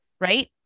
right